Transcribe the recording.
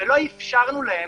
ולא אפשרנו להם